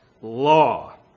law